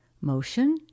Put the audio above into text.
motion